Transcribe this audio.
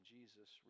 Jesus